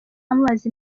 amubaza